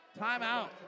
Timeout